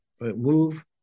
move